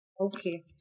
okay